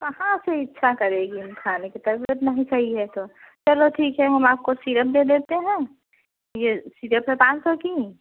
कहाँ से इच्छा करेगी खाने की तबीयत नहीं सही है तो चलो ठीक है हम आपको सिरप दे देते हैं यह सिरप है पाँच सौ की